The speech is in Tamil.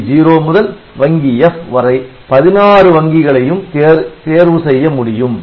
வங்கி 0 முதல் வங்கி F வரை 16 வங்கிகளையும் தெரிவு செய்ய முடியும்